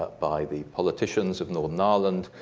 but by the politicians of northern ireland,